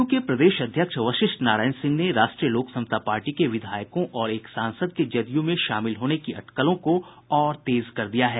जदयू के प्रदेश अध्यक्ष वशिष्ठ नारायण सिंह ने राष्ट्रीय लोक समता पार्टी के विधायकों और एक सांसद के जदयू में शामिल होने की अटकलों को और तेज कर दिया है